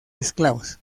esclavos